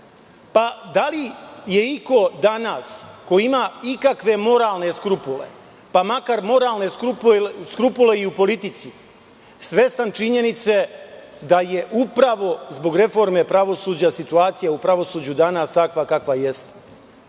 li je iko danas, ko ima ikakve moralne skrupule, pa makar moralne skrupule i u politici, svestan činjenice da je upravo zbog reforme pravosuđa situacija u pravosuđu danas takva kakva jeste?